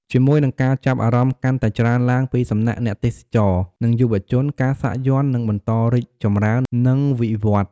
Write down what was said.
ជាមួយនឹងការចាប់អារម្មណ៍កាន់តែច្រើនឡើងពីសំណាក់អ្នកទេសចរ និងយុវជន ការសាក់យ័ន្តនឹងបន្តរីកចម្រើន និងវិវឌ្ឍន៍។